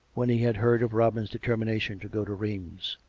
when he had heard of robin's determination to go to rheims.